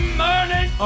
morning